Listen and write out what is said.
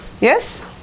Yes